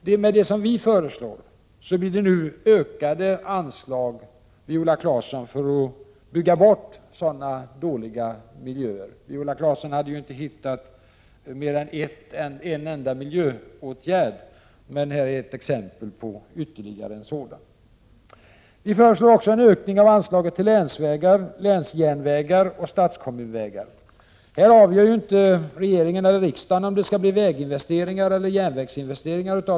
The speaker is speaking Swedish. Genomförs vårt förslag blir det, Viola Claesson, en ökning av anslagen för att vi skall kunna bygga bort de dåliga miljöerna. Viola Claesson hade ju inte hittat mer än en enda miljöåtgärd. Här är det alltså ytterligare ett exempel på en sådan. Vi föreslår också en ökning av anslaget till länsvägar, länsjärnvägar och statskommunvägar. Här avgör ju inte regeringen eller riksdagen om det skall bli väginvesteringar eller järnvägsinvesteringar.